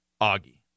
Augie